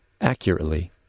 accurately